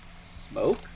smoke